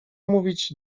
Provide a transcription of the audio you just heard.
mówić